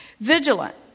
Vigilant